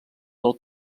del